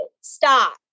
Stop